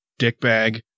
dickbag